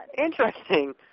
Interesting